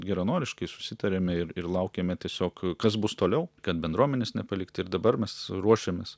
geranoriškai susitarėme ir ir laukėme tiesiog kas bus toliau kad bendruomenės nepalikti ir dabar mes ruošiamės